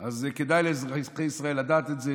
אז כדאי לאזרחי ישראל לדעת את זה.